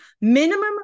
Minimum